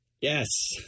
Yes